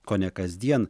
kone kasdien